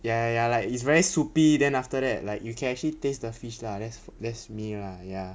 ya ya ya like it's very soupy then after that like you can actually taste the fish lah that's that's me lah ya